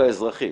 האזרחי,